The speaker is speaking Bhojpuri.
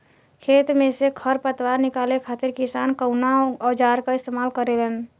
खेत में से खर पतवार निकाले खातिर किसान कउना औजार क इस्तेमाल करे न?